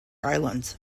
islands